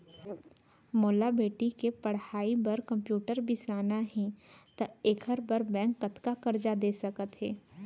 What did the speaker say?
मोला बेटी के पढ़ई बार कम्प्यूटर बिसाना हे त का एखर बर बैंक कतका करजा दे सकत हे?